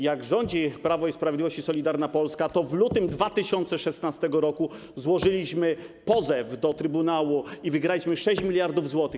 Jak rządzi Prawo i Sprawiedliwość i Solidarna Polska, to w lutym 2016 r. złożyliśmy pozew do Trybunału i wygraliśmy 6 mld zł.